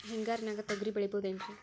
ಹಿಂಗಾರಿನ್ಯಾಗ ತೊಗ್ರಿ ಬೆಳಿಬೊದೇನ್ರೇ?